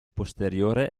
posteriore